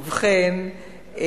ובכן,